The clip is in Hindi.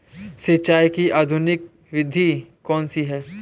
सिंचाई की आधुनिक विधि कौनसी हैं?